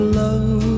love